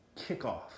kickoff